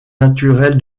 naturel